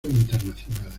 internacionales